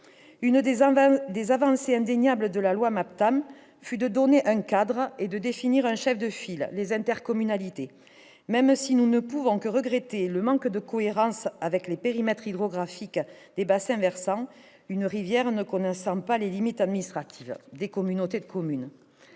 L'une des avancées indéniables de la loi MAPTAM fut de donner un cadre et de définir un chef de file- les intercommunalités -, même si nous ne pouvons que regretter le manque de cohérence de ce cadre avec les périmètres hydrographiques des bassins versants, une rivière ne connaissant pas les limites administratives des communautés de communes.